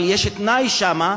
אבל יש תנאי שם,